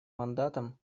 мандатом